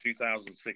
2006